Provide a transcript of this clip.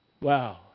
Wow